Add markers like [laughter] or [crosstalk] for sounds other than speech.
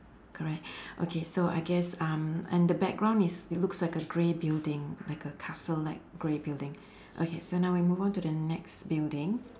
correct [breath] okay so I guess um and the background is it looks like a grey building like a castle like grey building okay so now we move on to the next building